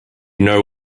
know